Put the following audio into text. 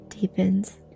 deepens